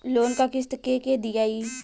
Loan क किस्त के के दियाई?